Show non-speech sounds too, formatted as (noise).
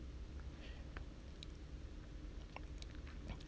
(breath) (noise)